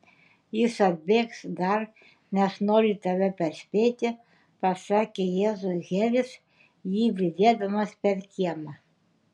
jis atbėgs dar nes nori tave perspėti pasakė jėzui helis jį lydėdamas per kiemą